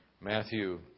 Matthew